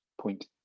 point